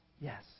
Yes